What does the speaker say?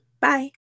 Bye